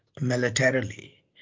militarily